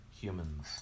humans